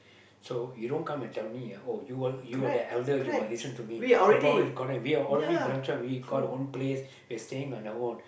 so you don't come and tell me ah oh you are you are the elder you must listen to me the problem is correct we are already branch out we got our own place we're staying on our own